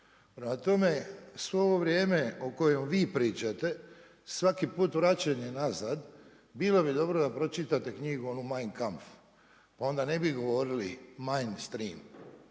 tome, svo ovo vrijeme o kojem vi pričate, svaki put vračanje nazad bilo bi dobro da pročitate knjigu onu Mein Kamf, onda ne bi govorili main strim,